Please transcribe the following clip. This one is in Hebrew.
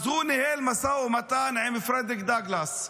אז הוא ניהל משא ומתן עם פרדריק דאגלס,